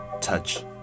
touch